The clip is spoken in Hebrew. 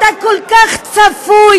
אתה כל כך צפוי,